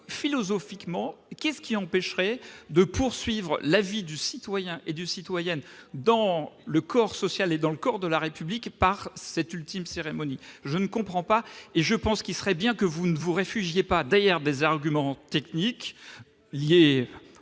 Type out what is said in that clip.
philosophiquement qu'est-ce qui empêcherait de poursuivre la vie du citoyen et de citoyenne dans le corps social et dans le corps de la République par cette ultime cérémonie je ne comprends pas, et je pense qu'il serait bien que vous ne vous réfugiez pas derrière des arguments techniques liées